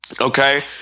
Okay